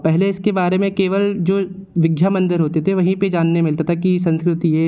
पहले इसके बारे में केवल जो विद्या मंदिर होते थे वहीं पर जानने मिलता था कि संस्कृत यह